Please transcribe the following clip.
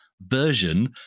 version